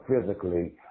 physically